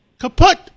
kaput